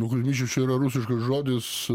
nu kuzmyčius čia yra rusiškas žodis